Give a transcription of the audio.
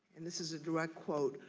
and this is a direct quote.